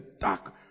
dark